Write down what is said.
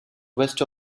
west